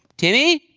timmy!